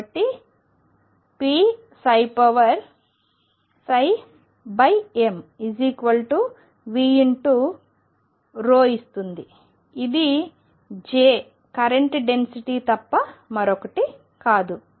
కాబట్టి pm v×ρ ఇస్తుంది ఇది j కరెంట్ డెన్సిటీ తప్ప మరొకటి కాదు